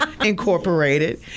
Incorporated